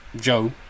Joe